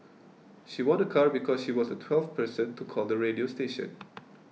she won a car because she was the twelfth person to call the radio station